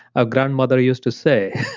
our grandmother used to say